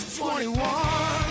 21